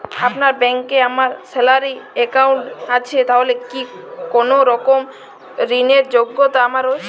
আপনার ব্যাংকে আমার স্যালারি অ্যাকাউন্ট আছে তাহলে কি কোনরকম ঋণ র যোগ্যতা আমার রয়েছে?